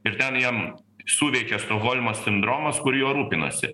ir ten jam suveikia stokholmo sindromas kur juo rūpinasi